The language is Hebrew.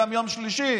גם יום שלישי